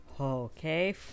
Okay